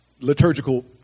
liturgical